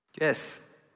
Yes